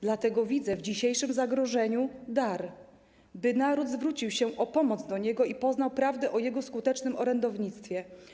Dlatego widzę w dzisiejszym zagrożeniu dar, chodzi o to, by naród zwrócił się o pomoc do niego i poznał prawdę o jego skutecznym orędownictwie.